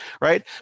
right